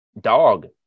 dog